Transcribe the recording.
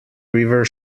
river